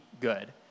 good